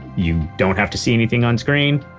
you don't have to see anything on screen,